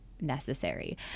necessary